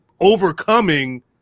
Overcoming